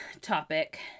topic